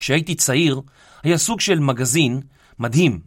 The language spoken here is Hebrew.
כשהייתי צעיר היה סוג של מגזין מדהים.